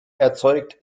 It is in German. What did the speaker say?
erzeugt